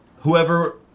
whoever